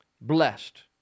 blessed